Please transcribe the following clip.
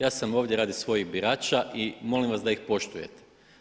Ja sam ovdje radi svojih birača i molim vas da ih poštujete.